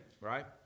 right